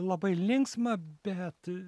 labai linksma bet